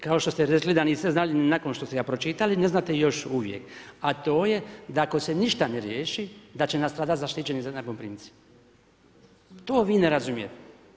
Kao što ste rekli, da niste znali ni nakon što ste ga pročitali ne znate još uvijek, a to je da ako se ništa ne riješi, da će nastradati zaštićeni najmoprimci, to vi ne razumijete.